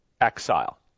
exile